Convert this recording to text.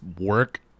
work